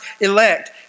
elect